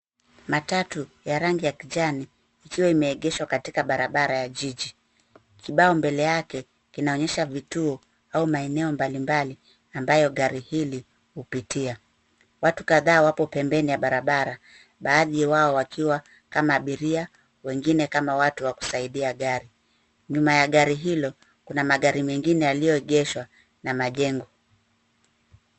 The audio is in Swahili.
Matatu ya rangi ya kijani ikiwa imeegeshwa katika barabara ya jiji. Kibao mbele yake kinaonyesha vituo au maeneo mbali mbali ambayo gari hili hupitia. Watu kadhaa wapo pembeni ya barabara, baadhi wao wakiwa kama abiria, wengine kama watu wa kusaidia gari. Nyuma ya gari hilo, kuna magari mengine yaliyoegeshwa na majengo.